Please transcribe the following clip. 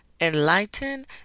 enlighten